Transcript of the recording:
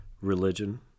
religion